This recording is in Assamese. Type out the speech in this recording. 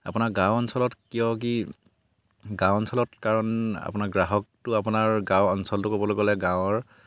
আপোনাৰ গাঁও অঞ্চলত কিয় কি গাঁও অঞ্চলত কাৰণ আপোনাৰ গ্ৰাহকটো আপোনাৰ গাঁও অঞ্চলটো ক'বলৈ গ'লে গাঁৱৰ